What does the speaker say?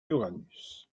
uranus